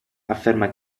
afferma